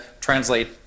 translate